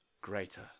greater